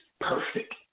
perfect